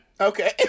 Okay